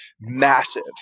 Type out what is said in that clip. massive